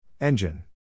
Engine